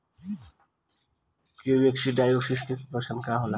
Coccidiosis के लक्षण का ह?